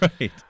Right